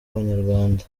abanyarwanda